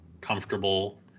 comfortable